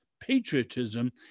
patriotism